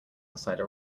outside